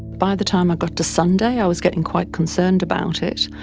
by the time i got to sunday i was getting quite concerned about it.